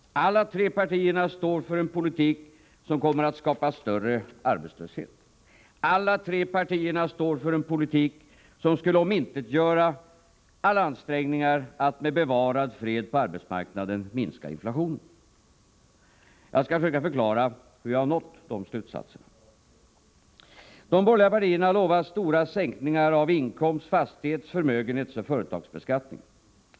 Alla tre partierna står för en politik som kommer att skapa större arbetslöshet. Alla tre partierna står för en politik som skulle omintetgöra alla ansträngningar att med bevarad fred på arbetsmarknaden minska inflationen. Jag skall försöka förklara hur jag har nått de slutsatserna. De borgerliga partierna lovar stora sänkningar av inkomst-, fastighets-, förmögenhetsoch företagsbeskattningen.